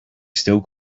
still